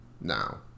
now